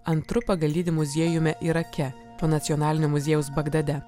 antru pagal dydį muziejumi irake po nacionalinio muziejaus bagdade